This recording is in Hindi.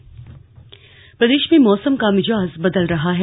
मौसम प्रदेश में मौसम का भिजाज बदल रहा है